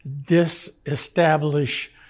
disestablish